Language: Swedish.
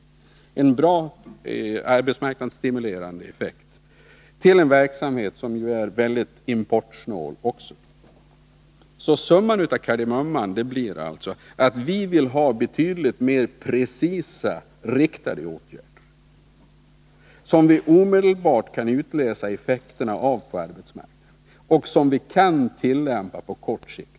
Det skulle alltså bli en bra arbetsmarknadsstimulerande effekt på en verksamhet som också är väldigt importsnål. Summan av kardemumman blir alltså att vi vill ha betydligt mer precisa och riktade åtgärder, som vi omedelbart kan utläsa effekten av på arbetsmarknaden och som vi kan tillämpa på kort sikt.